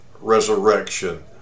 resurrection